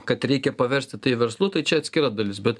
kad reikia paversti tai verslu tai čia atskira dalis bet